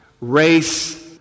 race